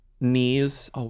knees